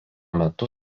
metu